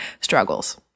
struggles